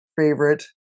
favorite